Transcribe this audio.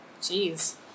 Jeez